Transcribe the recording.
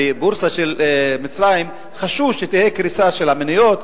בבורסה של מצרים חשבו שתהיה קריסה של המניות,